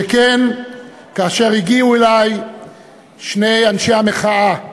שכן, כאשר הגיעו אלי שני אנשי המחאה,